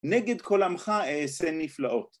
‫נגד קול עמך אעשה נפלאות.